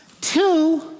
Two